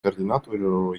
координатору